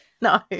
no